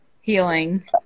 healing